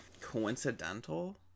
coincidental